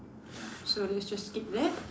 so let's just skip that